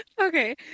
Okay